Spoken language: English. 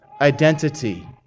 identity